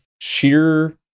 sheer